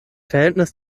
verhältnis